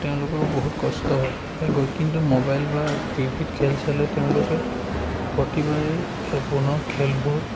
তেওঁলোকৰ বহুত কষ্ট হয় সেই গ'ল কিন্তু মোবাইল বা টিভিত খেল চালে তেওঁলোকে প্ৰতিবাৰেই পুনৰ খেলবোৰ